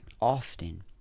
often